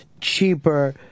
cheaper